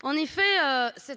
concurrence.